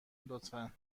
لطفا